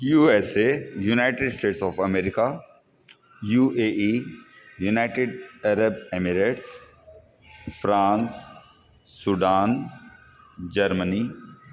USA United States of America U A E United Arab Emirates France Sudan Germany